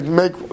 make